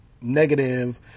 negative